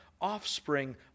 offspring